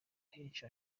henshi